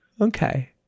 Okay